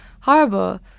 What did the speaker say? horrible